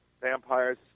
vampires